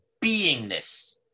beingness